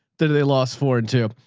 they they lost four and two.